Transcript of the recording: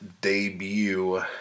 debut